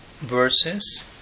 verses